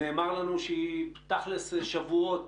שנאמר לנו שהיא תכלס שבועות